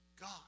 God